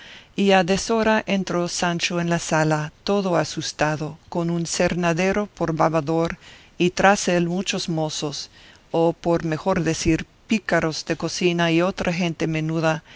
a deshora entró sancho en la sala todo asustado con un cernadero por babador y tras él muchos mozos o por mejor decir pícaros de cocina y otra gente menuda